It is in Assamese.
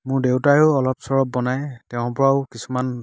মোৰ দেউতাইও অলপ চলপ বনাই তেওঁৰ পৰাও কিছুমান